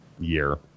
year